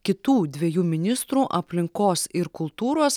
kitų dviejų ministrų aplinkos ir kultūros